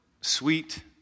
sweet